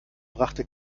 brachte